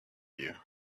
you